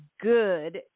good